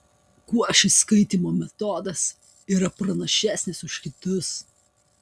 kuo šis skaitymo metodas yra pranašesnis už kitus